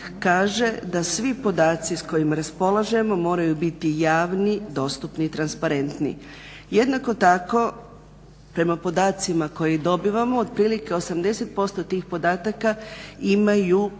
kaže da svi podaci s kojima polažemo moraju biti javni, dostupni i transparentni. Jednako tako prema podacima koje dobivamo otprilike 80% tih podataka imaju